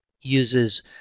uses